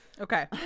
Okay